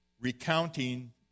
recounting